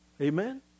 Amen